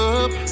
up